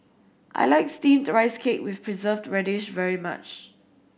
I like Steamed Rice Cake with Preserved Radish very much